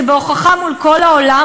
זה בהוכחה מול כל העולם,